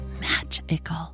magical